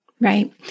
Right